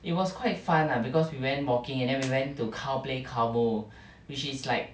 it was quite fun lah because we went walking and then we went to cow play cow moo which is like